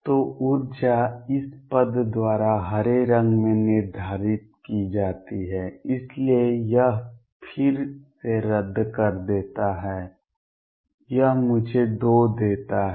तो ऊर्जा इस पद द्वारा हरे रंग में निर्धारित की जाती है इसलिए यह फिर से रद्द कर देता है यह मुझे 2 देता है